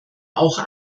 auch